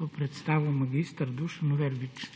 bo predstavil mag. Dušan Verbič.